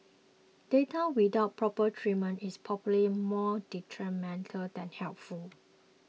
data without proper treatment is probably more detrimental than helpful